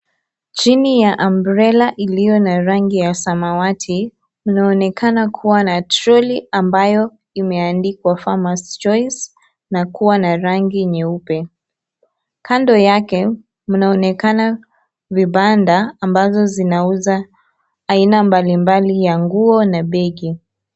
Chini ya umbrella iliyo na rangi ya samawati inaonekana kuwa na troli ambayo imeandikwa farmers choice na kuwa na rangi nyeupe. Kando yake mnaonekana vibanda ambazo zinauza aina mbalimbali ya nguo na begi.